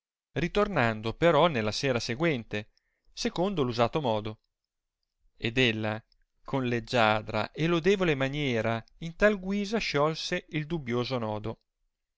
ritornando però nella sera seguente secondo l usato modo ed ella con leggiadra e lodevole maniera in tal guisa sciolse il dubbioso nodo